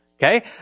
Okay